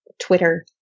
Twitter